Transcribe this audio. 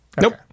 Nope